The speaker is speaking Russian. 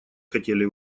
хотели